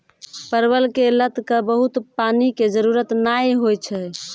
परवल के लत क बहुत पानी के जरूरत नाय होय छै